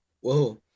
Whoa